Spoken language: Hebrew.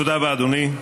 תודה רבה, אדוני.